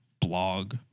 blog